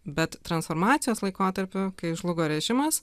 bet transformacijos laikotarpiu kai žlugo režimas